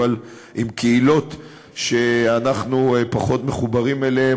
אבל עם קהילות שאנחנו פחות מחוברים אליהן